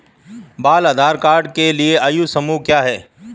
बाल आधार कार्ड के लिए आयु समूह क्या है?